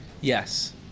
Yes